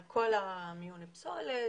על כל מיון הפסולת.